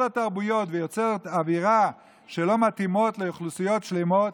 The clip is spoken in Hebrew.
התרבויות ויוצר אווירה שלא מתאימה לאוכלוסיות שלמות,